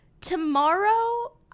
tomorrow